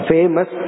Famous